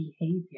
behavior